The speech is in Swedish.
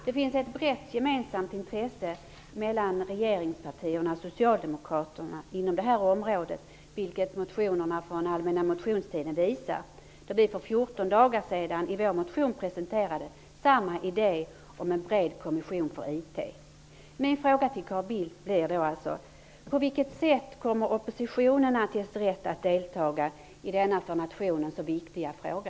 Det finns ett brett gemensamt intresse mellan regeringspartierna och Socialdemokraterna inom detta område, vilket motionerna från allmänna motionstiden visar. För 14 dagar sedan presenterade vi i vår motion samma idé om en bred kommission för IT. Min fråga till Carl Bildt blir: På vilket sätt kommer oppositionen att ges rätt att deltaga i denna för nationen så viktiga fråga?